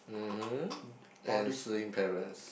mmhmm and seeing parents